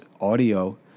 audio